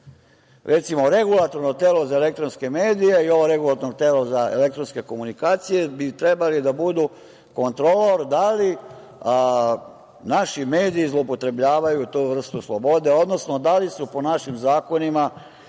Recimo, Regulatorno telo za elektronske medije i ovo Regulatorno telo za elektronske komunikacije bi trebalo da budu kontrolor. Da li naši mediji zloupotrebljavaju tu vrstu slobode, odnosno da li su po našim zakonima